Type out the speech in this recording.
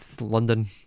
london